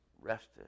rested